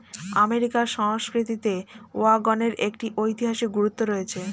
আমেরিকার সংস্কৃতিতে ওয়াগনের একটি ঐতিহাসিক গুরুত্ব রয়েছে